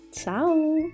Ciao